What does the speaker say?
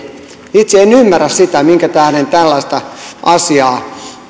itse en ymmärrä sitä minkä tähden tällaista asiaa